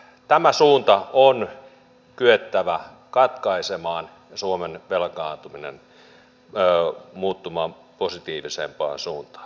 tämä suunta on kyettävä katkaisemaan suomen velkaantuminen muuttumaan positiivisempaan suuntaan